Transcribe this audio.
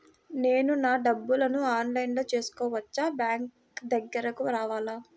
నేను నా డబ్బులను ఆన్లైన్లో చేసుకోవచ్చా? బ్యాంక్ దగ్గరకు రావాలా?